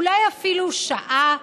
אולי אפילו שעה,